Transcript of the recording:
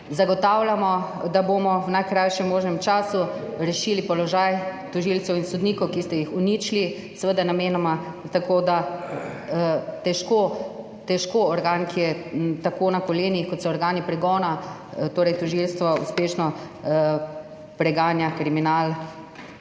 Zagotavljamo, da bomo v najkrajšem možnem času rešili položaj tožilcev in sodnikov, ki ste jih uničili, seveda namenoma. Tako da težko organ, ki je tako na kolenih, kot so organi pregona, tožilstvo, uspešno preganja kriminal.